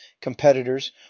competitors